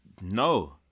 No